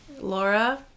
Laura